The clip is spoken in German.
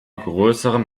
größerem